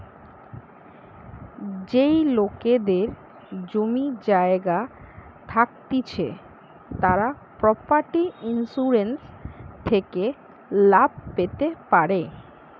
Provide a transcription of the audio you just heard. যেই লোকেদের জমি জায়গা থাকতিছে তারা প্রপার্টি ইন্সুরেন্স থেকে লাভ পেতে পারে